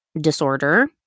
disorder